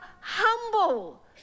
humble